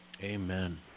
Amen